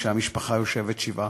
כשהמשפחה יושבת שבעה.